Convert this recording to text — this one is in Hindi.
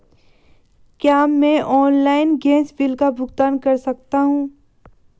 क्या मैं ऑनलाइन गैस बिल का भुगतान कर सकता हूँ?